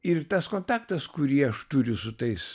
ir tas kontaktas kurį aš turiu su tais